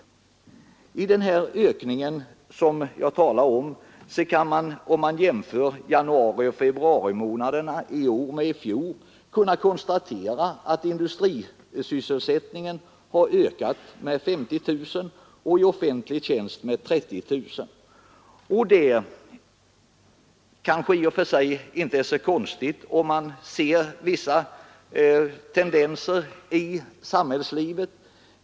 Beträffande den ökning som jag talat om kan man konstatera vid en jämförelse av januari och februari månader i år med samma månader i fjol att industrisysselsättningen har ökat med 50 000 och sysselsättningen i offentlig tjänst med 30 000. Det kanske i och för sig inte är så konstigt, om man ser till vissa tendenser i samhällslivet.